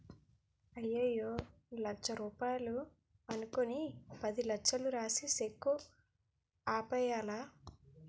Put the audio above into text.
అయ్యయ్యో లచ్చ రూపాయలు అనుకుని పదిలచ్చలు రాసిన సెక్కు ఆపేయ్యాలా